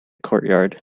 courtyard